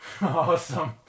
Awesome